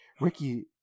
Ricky